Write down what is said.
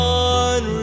one